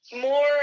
More